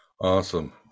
awesome